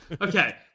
Okay